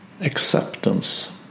acceptance